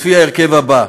לפי ההרכב הבא: